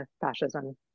fascism